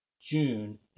June